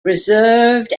reserved